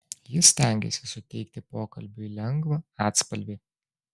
jis stengėsi suteikti pokalbiui lengvą atspalvį